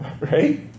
Right